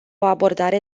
abordare